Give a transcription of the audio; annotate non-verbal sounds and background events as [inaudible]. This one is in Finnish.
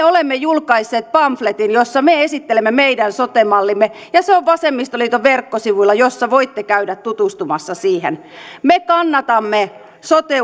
[unintelligible] olemme julkaisseet pamfletin jossa me esittelemme meidän sote mallimme se on vasemmistoliiton verkkosivuilla jossa voitte käydä tutustumassa siihen me kannatamme sote [unintelligible]